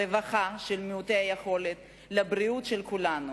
הרווחה של מעוטי היכולת, הבריאות של כולנו.